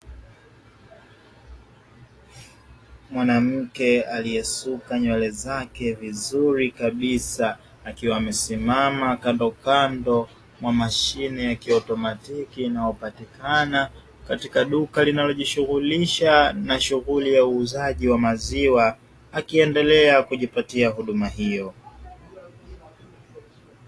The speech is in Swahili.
Mwanamke aliyesuka nywele zake vizuri kabisa, akiwa amesimama kandokando mwa mashine ya kiautomatiki inayopatikana katika duka linalojishughulisha na shughuli ya uuzaji wa maziwa, akiendelea kujipatia huduma hiyo.